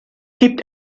gibt